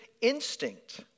instinct